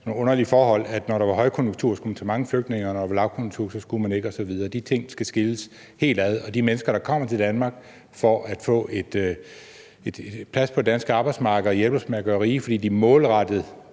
underlige forhold, at man, når der var højkonjunktur, skulle tage mange flygtninge, mens man, når der var lavkonjunktur, ikke skulle osv. De ting skal skilles helt ad, og de mennesker, der kommer til Danmark for at få plads på det danske arbejdsmarked og hjælpe os med at gøre os rige, fordi de målrettet